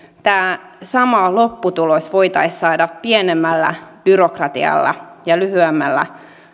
tämä sama lopputulos voitaisiin saada pienemmällä byrokratialla ja lyhyemmässä